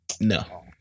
No